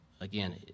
Again